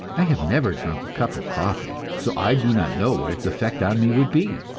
i have never drunk a cup of coffee, so i do not know what its effect on me would be.